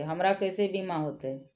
हमरा केसे बीमा होते?